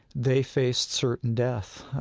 they faced certain death.